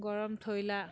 গৰম থৈলা